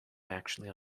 actually